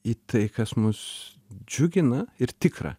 į tai kas mus džiugina ir tikra